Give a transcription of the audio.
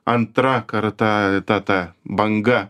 antra karta ta ta banga